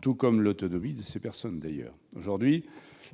tout comme leur autonomie, d'ailleurs. Aujourd'hui,